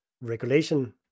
regulation